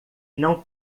não